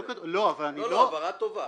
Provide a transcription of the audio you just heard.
הבהרה טובה.